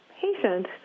patient